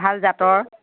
ভাল জাতৰ